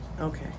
Okay